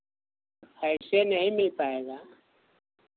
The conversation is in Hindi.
ऐसे नहीं मिल पाएगा